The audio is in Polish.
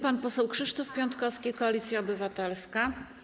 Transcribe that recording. Pan poseł Krzysztof Piątkowski, Koalicja Obywatelska.